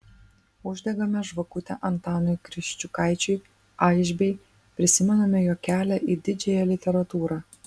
uždegame žvakutę antanui kriščiukaičiui aišbei prisimename jo kelią į didžiąją literatūrą